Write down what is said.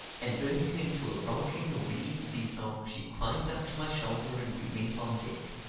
and bursting into a rollicking norwegian sea-song, she climbed up to my shoulder and we went on deck.